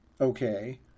Okay